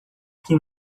que